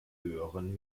höheren